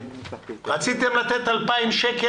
רציתם לתת 2,000 שקל,